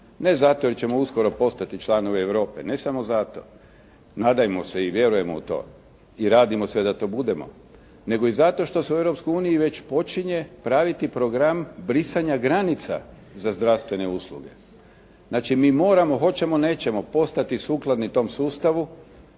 Ne zato jer ćemo uskoro postati članovi Europe, ne samo zato. Nadajmo se i vjerujemo u to i radimo sve da to budemo nego i zato što se u Europskoj uniji već počinje praviti program brisanja granica za zdravstvene usluge. Znači mi moramo hoćemo nećemo postati sukladni tom sustavu,